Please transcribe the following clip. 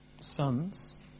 sons